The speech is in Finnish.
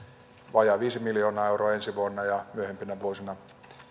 vajaat viisi miljoonaa euroa ensi vuonna ja myöhempinä vuosina